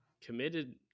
committed